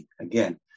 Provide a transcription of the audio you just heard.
again